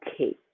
okay